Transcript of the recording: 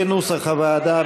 כנוסח הוועדה,